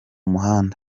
muhanda